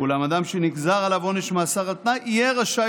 אולם אדם שנגזר עליו עונש מאסר על תנאי יהיה רשאי